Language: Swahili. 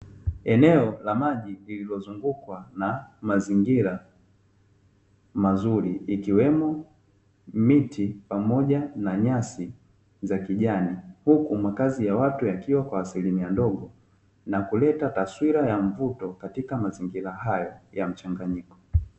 Eneo la maji bukwa na mazingira mazuri, ikiwemo miti pamoja na nyasi za kijani huku makazi ya watu yakiwa kwa asilimia ndogo, na kuleta taswira ya mvuto katika mazingira hayo ya mchanganyiko.